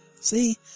See